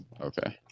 Okay